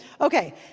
Okay